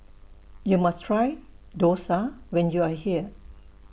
YOU must Try Dosa when YOU Are here